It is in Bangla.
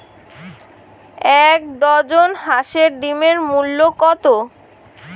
এক ডজন হাঁসের ডিমের মূল্য কত?